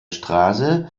straße